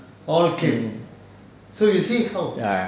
ya